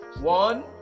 one